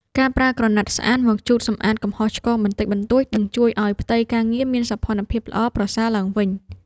ការប្រើក្រណាត់ស្អាតមកជូតសម្អាតកំហុសឆ្គងបន្តិចបន្តួច និង ជួយឱ្យផ្ទៃការងារមានសោភ័ណភាពល្អប្រសើរឡើងវិញ។